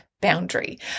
boundary